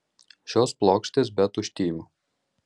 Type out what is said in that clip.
šios plokštės be tuštymių